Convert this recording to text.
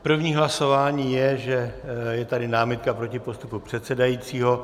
První hlasování je, že je tady námitka proti postupu předsedajícího.